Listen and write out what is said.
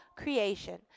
creation